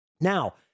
Now